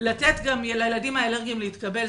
לתת לילדים האלרגיים להתקבל.